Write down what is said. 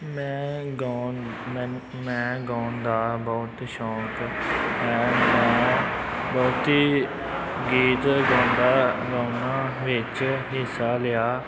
ਮੈਂ ਗੋਨ ਮੈਨ ਮੈਂ ਗਾਉਣ ਦਾ ਬਹੁਤ ਸ਼ੌਂਕ ਗੀਤ ਗਾਉਂਦਾ ਗਾਉਣਾ ਵਿੱਚ ਹਿੱਸਾ ਲਿਆ